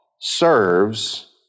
serves